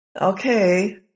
Okay